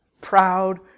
Proud